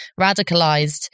radicalized